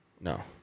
no